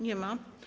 Nie ma.